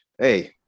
hey